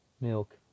Milk